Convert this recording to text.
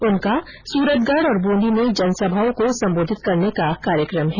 उनका सूरतगढ और ब्रंदी में जनसभाओं को संबोधित करने का कार्यक्रम है